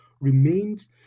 remains